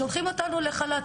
שולחים אותנו לחל"ת,